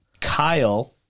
Kyle